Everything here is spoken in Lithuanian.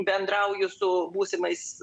bendrauju su būsimais